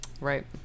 Right